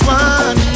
one